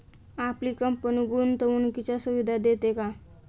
आपली कंपनी गुंतवणुकीच्या सुविधा देते का?